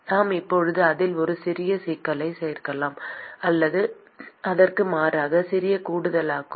நாம் இப்போது அதில் ஒரு சிறிய சிக்கலைச் சேர்க்கலாம் அல்லது அதற்கு மாறாக சிறிய கூடுதலாகலாம்